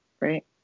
Right